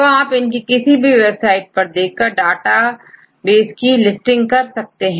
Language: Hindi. तो आप इनकी किसी भी वेबसाइट पर देखकरडाटाबेसकी लिस्टिंग कर सकते हैं